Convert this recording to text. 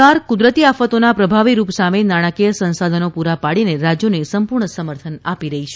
સરકાર કુદરતી આફતોના પ્રભાવીરૃપ સામે નાણાંકીય સંસાધનો પૂરા પાડીને રાજ્યોને સંપૂર્ણ સમર્થન આપી રહી છે